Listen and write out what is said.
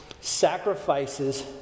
sacrifices